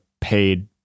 paid